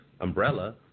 umbrella